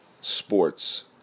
sports